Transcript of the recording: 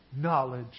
knowledge